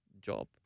job